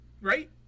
right